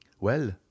Well